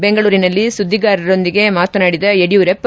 ಬೆಂಗಳೂರಿನಲ್ಲಿ ಸುದ್ದಿಗಾರರೊಂದಿಗೆ ಮಾತನಾಡಿದ ಯಡಿಯೂರಪ್ಪ